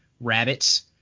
rabbits